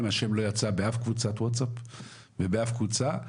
השם לא יצא באף קבוצת ווטסאפ באף קבוצה.